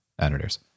editors